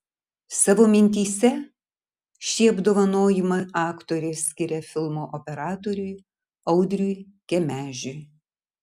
savo mintyse šį apdovanojimą aktorė skiria filmo operatoriui audriui kemežiui